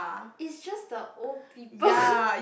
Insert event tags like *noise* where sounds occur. it's just the old people *laughs*